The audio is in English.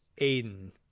Aiden